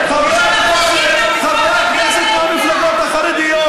חברי הכנסת מהמפלגות החרדיות,